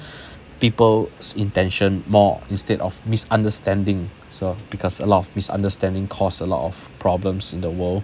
people's intention more instead of misunderstanding so because a lot of misunderstanding caused a lot of problems in the world